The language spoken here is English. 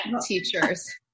teachers